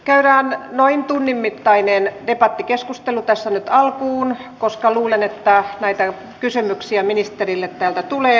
käydään noin tunnin mittainen debattikeskustelu tässä nyt alkuun koska luulen että näitä kysymyksiä ministerille täältä tulee